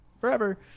forever